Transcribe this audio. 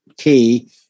key